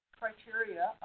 criteria